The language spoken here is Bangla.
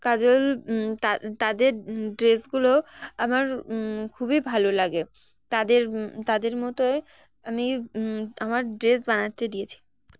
কাজল তাদের ড্রেসগুলো আমার খুবই ভালো লাগে তাদের তাদের মতোই আমি আমার ড্রেস বানাতে দিয়েছি